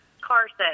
Carson